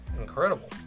incredible